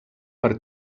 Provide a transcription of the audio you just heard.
per